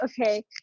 okay